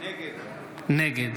נגד